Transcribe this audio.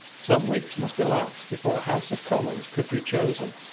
some weeks must elapse before a house of commons could be chosen.